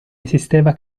esisteva